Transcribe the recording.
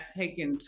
taken